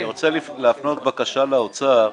אני רוצה להפנות בקשה לאוצר.